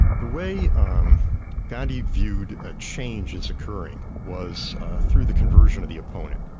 the way um gandhi viewed a change is occurring was through the conversion of the opponent,